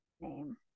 name